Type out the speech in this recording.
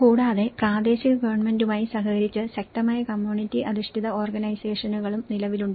കൂടാതെ പ്രാദേശിക ഗവൺമെന്റുമായി സഹകരിച്ച് ശക്തമായ കമ്മ്യൂണിറ്റി അധിഷ്ഠിത ഓർഗനൈസേഷനുകളും നിലവിലുണ്ട്